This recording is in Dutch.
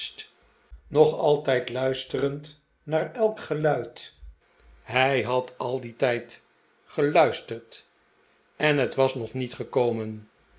nog altijd luisterend naar elk geluid hij had al dien tijd geluisterd en het was nog met gekomen